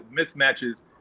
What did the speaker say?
mismatches